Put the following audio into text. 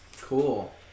Cool